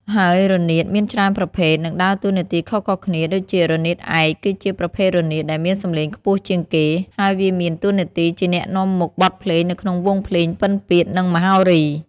ហើយរនាតមានច្រើនប្រភេទ និងដើរតួនាទីខុសៗគ្នា ដួចជា រនាតឯក គឺជាប្រភេទរនាតដែលមានសំឡេងខ្ពស់ជាងគេ ហើយវាមានតួនាទីជាអ្នកនាំមុខបទភ្លេងនៅក្នុងវង់ភ្លេងពិណពាទ្យ និងមហោរី។